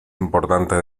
importante